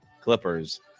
Clippers